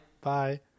Bye